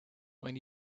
when